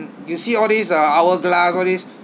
you see all these uh hourglass all these